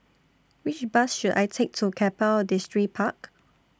Which Bus should I Take to Keppel Distripark